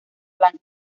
blanca